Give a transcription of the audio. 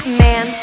man